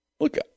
Look